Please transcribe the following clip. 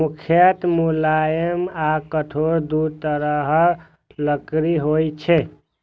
मुख्यतः मुलायम आ कठोर दू तरहक लकड़ी होइ छै